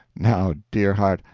now, dear heart,